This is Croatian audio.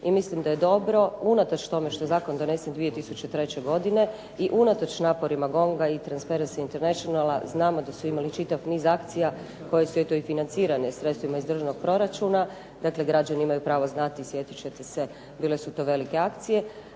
i mislim da je dobro unatoč tome što je zakon donesen 2003. godine i unatoč naporima GONG-a i Transparency Internationala znamo da su imali čitav niz akcija koje su financirane sredstvima iz državnog proračuna. Dakle građani imaju pravo znati, sjećate se da su to bile velike akcije.